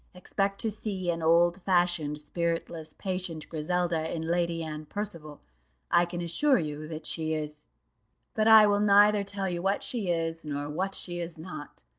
expect to see an old-fashioned, spiritless, patient griselda, in lady anne percival i can assure you that she is but i will neither tell you what she is, nor what she is not.